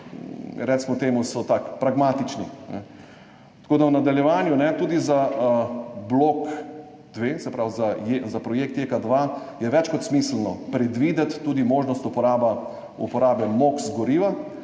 recimo temu, so pragmatični. V nadaljevanju je tudi za blok 2, se pravi za projekt JEK2, več kot smiselno predvideti tudi možnost uporabe goriva